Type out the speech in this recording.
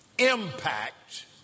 impact